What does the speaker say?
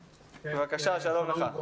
בבקשה, שלום לך.